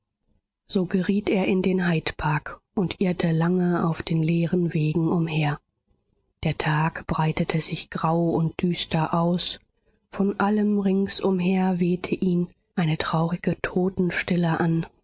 so geriet er in den hydepark und irrte lange auf den leeren wegen umher der tag breitete sich grau und düster aus von allem ringsumher wehte ihn eine traurige totenstille an